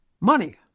money